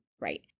right